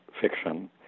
fiction